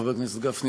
חבר הכנסת גפני,